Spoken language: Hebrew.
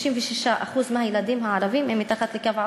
66% מהילדים הערבים הם מתחת לקו העוני,